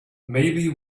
maybe